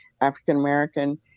african-american